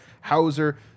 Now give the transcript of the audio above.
Hauser